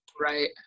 Right